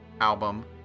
album